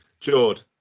Jord